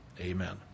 Amen